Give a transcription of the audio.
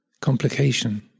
Complication